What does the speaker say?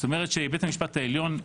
זאת אומרת שבית המשפט העליון,